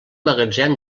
magatzem